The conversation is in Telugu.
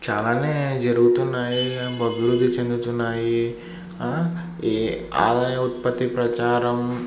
చాలానే జరుగుతున్నాయి అభివృద్ధి చెందుతున్నాయి ఈ ఆదాయ ఉత్పత్తి ప్రచారం